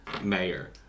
mayor